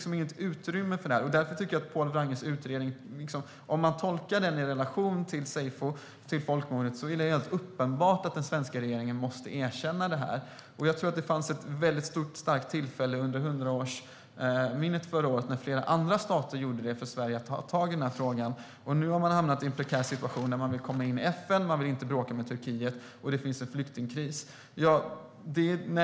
Om man tolkar Pål Wranges utredning i relation till seyfo - till folkmordet - är det helt uppenbart att den svenska regeringen måste erkänna detta. Sverige hade ett väldigt bra tillfälle att ta tag i frågan i samband med hundraårsminnet förra året, när flera andra stater gjorde det. Nu har man hamnat i en prekär situation: Man vill komma in i FN:s säkerhetsråd, man vill inte bråka med Turkiet och det finns en flyktingkris.